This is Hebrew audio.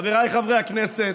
חבריי חברי הכנסת,